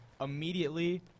Immediately